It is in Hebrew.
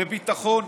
לביטחון,